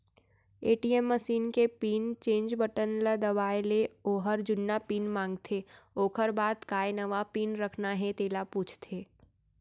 ATM machine के pin change button ल दबाए ले ओहर जुन्ना पिन मांगथे ओकर बाद काय नवा पिन रखना हे तेला पूछथे